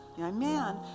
Amen